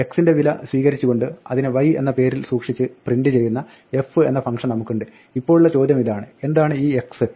x ന്റെ വില സ്വീകരിച്ചുകൊണ്ട് അതിനെ y എന്ന പേരിൽ സൂക്ഷിച്ച് പ്രിന്റ് ചെയ്യുന്ന f എന്ന ഒരു ഫംഗ്ഷൻ നമുക്കുണ്ട് ഇപ്പോഴുള്ള ചോദ്യമിതാണ് എന്താണ് ഈ x